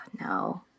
no